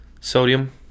sodium